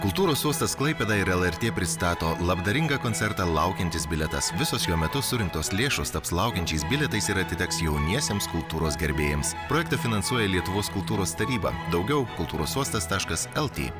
kultūros uostas klaipėda ir lrt pristato labdaringą koncertą laukiantis bilietas visos jo metu surinktos lėšos taps laukiančiais bilietais ir atiteks jauniesiems kultūros gerbėjams projektą finansuoja lietuvos kultūros taryba daugiau kultūros uostas taškas lt